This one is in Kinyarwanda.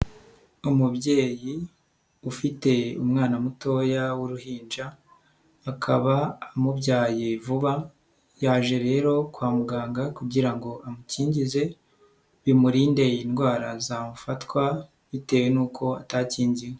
Umubyeyi ufite umwana mutoya w'uruhinja, akaba amubyaye vuba, yaje rero kwa muganga kugira ngo amukingize, bimurinde indwara zafatwa bitewe nuko atakingiwe.